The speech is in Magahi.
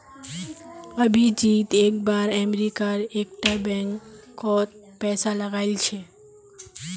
अभिजीत एक बार अमरीका एक टा बैंक कोत पैसा लगाइल छे